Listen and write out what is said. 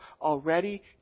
already